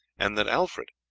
and that alfred,